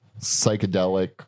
psychedelic